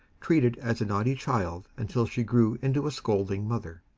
treated as a naughty child until she grew into a scolding mother,